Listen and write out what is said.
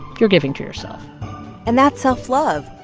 you're giving to yourself and that's self-love.